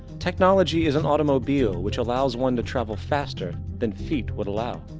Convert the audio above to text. technology is an automobile, which allows one to travel faster than feet would allow.